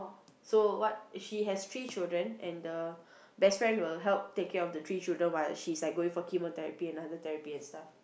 so what she has three children and the best friend will help take care of the three children while she's like going for chemotherapy and other therapy and stuff